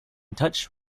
touch